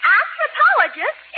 anthropologist